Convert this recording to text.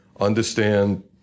understand